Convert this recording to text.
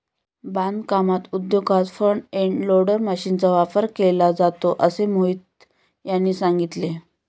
बांधकाम उद्योगात front end loader मशीनचा वापर केला जातो असे मोहित यांनी सांगितले